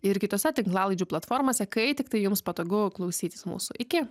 ir kitose tinklalaidžių platformose kai tiktai jums patogu klausytis mūsų iki